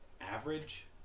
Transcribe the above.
average